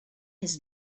his